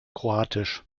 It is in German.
kroatisch